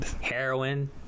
Heroin